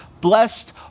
blessed